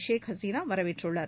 ஷேக் ஹசீனா வரவேற்றுள்ளார்